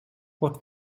what